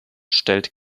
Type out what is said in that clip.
stellt